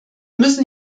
müssen